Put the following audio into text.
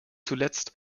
zuletzt